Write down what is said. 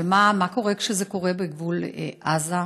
אבל מה קורה כשזה קורה בגבול עזה?